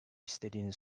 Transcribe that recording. istediğini